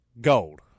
gold